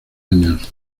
años